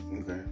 Okay